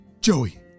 Joey